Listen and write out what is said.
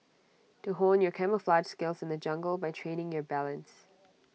to hone your camouflaged skills in the jungle by training your balance